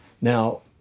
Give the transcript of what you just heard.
Now